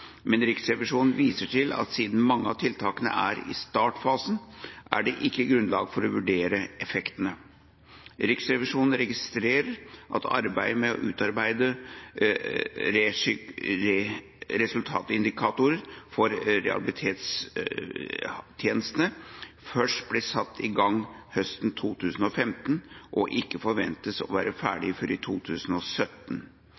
men Riksrevisjonen viser til at siden mange av tiltakene er i startfasen, er det ikke grunnlag for å vurdere effektene. Riksrevisjonen registrerer at arbeidet med å utarbeide resultatindikatorer for rehabiliteringstjenestene først ble satt i gang høsten 2015, og ikke forventes å være